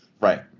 right